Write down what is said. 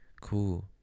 Cool